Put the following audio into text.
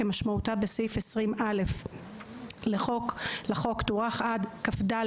כשמשמעותה בסעיף 20(א) לחוק תוארך עד כ"ד